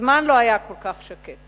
מזמן לא היה כל כך שקט.